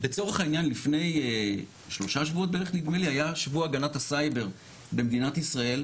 לצורך העניין לפני שלושה שבועות היה שבוע הגנת הסייבר במדינת ישראל.